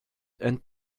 and